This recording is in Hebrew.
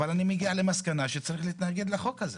אבל אני מגיע למסקנה שצריך להתנגד לחוק הזה.